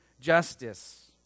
justice